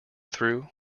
through